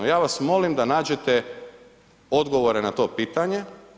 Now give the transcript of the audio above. Ja vas molim da nađete odgovore na to pitanje.